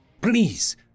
Please